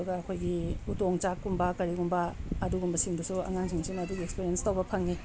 ꯑꯗꯨꯒ ꯑꯩꯈꯣꯏꯒꯤ ꯎꯇꯣꯡ ꯆꯥꯛꯀꯨꯝꯕ ꯀꯔꯤꯒꯨꯝꯕ ꯑꯗꯨꯒꯨꯝꯕꯁꯤꯡꯗꯨꯁꯨ ꯑꯉꯥꯡꯁꯤꯡꯁꯤꯅ ꯑꯗꯨꯒꯤ ꯑꯦꯛꯁꯄꯤꯔꯤꯌꯦꯟꯁ ꯇꯧꯕ ꯐꯪꯉꯦ